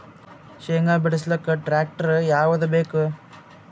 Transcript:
ಶೇಂಗಾ ಬಿಡಸಲಕ್ಕ ಟ್ಟ್ರ್ಯಾಕ್ಟರ್ ಯಾವದ ಬೇಕು?